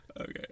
Okay